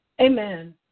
Amen